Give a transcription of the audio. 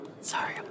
Sorry